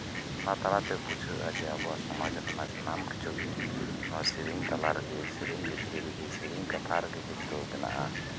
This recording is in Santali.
ᱚᱱᱟ ᱛᱟᱞᱟᱛᱮ ᱵᱩᱡᱷᱟᱹᱜᱼᱟ ᱡᱮ ᱟᱵᱚᱣᱟᱜ ᱥᱚᱢᱟᱡ ᱨᱮᱭᱟᱜ ᱥᱟᱱᱟᱢ ᱠᱤᱪᱷᱩ ᱜᱮ ᱱᱚᱶᱟ ᱥᱮᱹᱨᱮᱹᱧ ᱛᱟᱞᱟᱨᱮᱜᱮ ᱥᱮᱹᱨᱮᱹᱧ ᱵᱷᱤᱛᱨᱤ ᱨᱮᱜᱮ ᱥᱮᱹᱨᱮᱹᱧ ᱠᱟᱛᱷᱟ ᱨᱮᱜᱮ ᱠᱤᱱᱛᱩ ᱢᱮᱱᱟᱜᱼᱟ